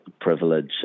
privilege